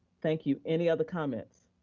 thank you, any other comments?